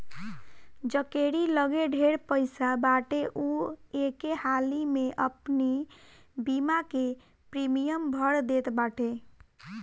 जकेरी लगे ढेर पईसा बाटे उ एके हाली में अपनी बीमा के प्रीमियम भर देत बाटे